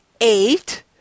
eight